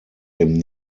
dem